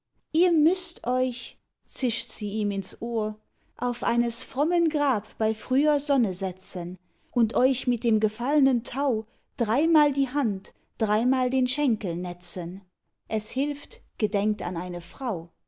ihr müßt euch zischt sie ihm ins ohr auf eines frommen grab bei früher sonne setzen und euch mit dem gefallnen tau dreimal die hand dreimal den schenkel netzen es hilft gedenkt an eine frau